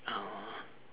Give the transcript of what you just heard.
uh